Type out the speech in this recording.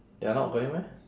they're not going meh